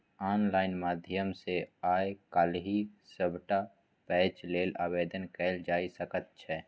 online माध्यम सँ आय काल्हि सभटा पैंच लेल आवेदन कएल जाए सकैत छै